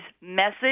message